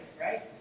right